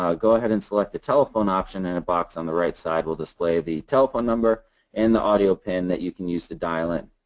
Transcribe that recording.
um go ahead and select the telephone option and a box on the right side will display the telephone number and the audio pin that you can use to dial in.